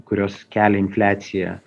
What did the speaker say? kurios kelia infliaciją